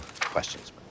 questions